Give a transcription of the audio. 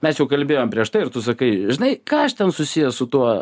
mes jau kalbėjom prieš tai ir tu sakai žinai ką aš ten susijęs su tuo